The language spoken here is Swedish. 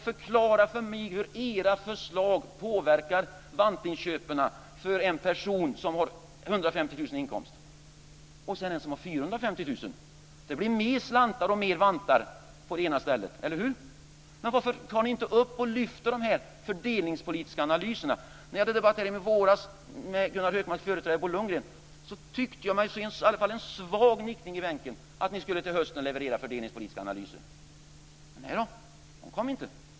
Förklara för mig hur era förslag påverkar vantinköpen för en person som har 150 000 kr i inkomst och för en som har 450 000 kr i inkomst! Det blir mer slantar och fler vantar för den senare, eller hur? Varför lyfter ni inte fram de fördelningspolitiska analyserna? Vi hade i våras en debatt med Gunnar Hökmarks partivän Bo Lundgren, och jag tyckte mig se i alla fall en svag nickning i bänken till att ni till hösten skulle leverera fördelningspolitiska analyser. Men nej, de kom inte.